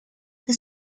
que